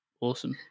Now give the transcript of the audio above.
Awesome